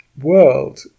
world